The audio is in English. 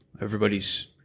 Everybody's